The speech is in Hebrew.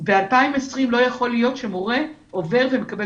ב-2020 לא יכול להיות שמורה עובר ומקבל